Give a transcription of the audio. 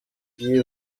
y’i